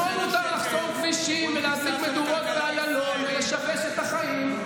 לשמאל מותר לחסום כבישים ולהצית מדורות על איילון ולשבש את החיים,